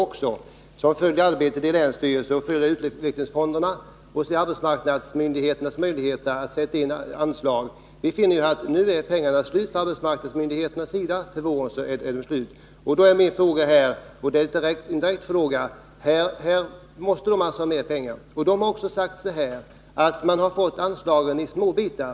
Vi som följer arbetet i länsstyrelsen och utvecklingsfonderna och kan se vilka möjligheter arbetsmarknadsmyndigheterna har att sätta in anslag, finner att arbetsmarknadsmyndigheternas pengar är slut till våren. De måste alltså ha mer pengar. Arbetsmarknadsmyndigheterna har sagt att man har fått anslagen i små bitar.